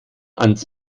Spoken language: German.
ans